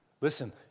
Listen